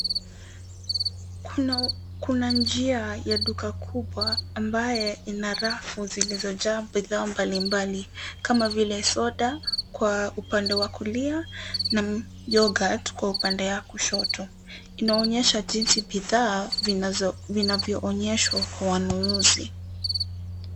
Kuna njia ya duka kubwa ambaye ina rafu zilizojaa bidhaa mbalimbali kama vile soda kwa upande wa kulia na yoghurt kwa upande ya kushoto. Inaonyesha jinsi bidhaa vinazoonyeshwa kwa wanunuzi.